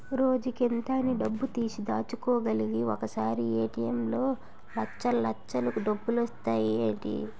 రోజుకింత అని డబ్బుతీసి దాచుకోలిగానీ ఒకసారీ ఏ.టి.ఎం లో లచ్చల్లచ్చలు డబ్బులొచ్చేత్తాయ్ ఏటీ?